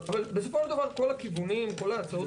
אבל בסופו של דבר כל הכיוונים וכל ההצעות